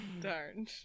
Darn